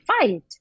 fight